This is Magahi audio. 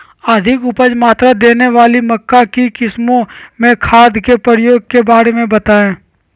अधिक उपज मात्रा देने वाली मक्का की किस्मों में खादों के प्रयोग के बारे में बताएं?